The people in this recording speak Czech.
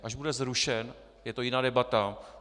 Až bude zrušen, je to jiná debata.